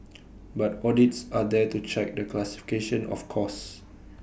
but audits are there to check the classification of costs